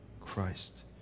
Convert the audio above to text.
Christ